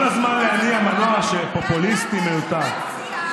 כל הזמן להניע מנוע פופוליסטי, מיותר.